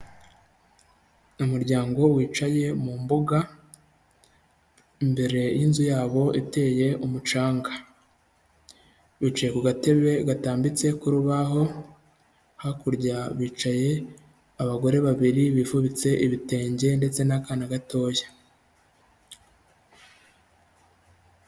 Umuryango wicaye mu mbuga, imbere y'inzu yabo iteye umucanga. Bicaye ku gatebe gatambitse k'urubaho, hakurya bicaye abagore babiri bifubitse ibitenge ndetse n'akana gatoya.